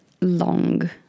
long